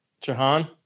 Jahan